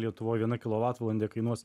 lietuvoj viena kilovatvalandė kainuos